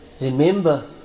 remember